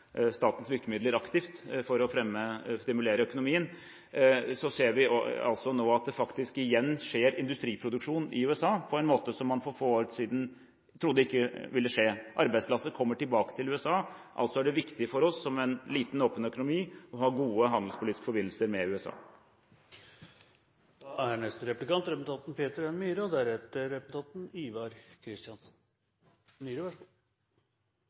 statens virkemidler aktivt for å stimulere økonomien – at vi nå ser at det faktisk foregår industriproduksjon i USA igjen, på en måte som man for få år siden ikke trodde ville skje. Arbeidsplasser kommer tilbake til USA, altså er det viktig for oss som en liten, åpen økonomi å ha gode handelspolitiske forbindelser med USA. Jeg merker meg at utenriksministeren er veldig klar når det gjelder EØS-avtalen og